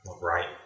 right